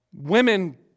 women